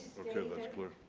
okay, that's clear.